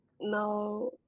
No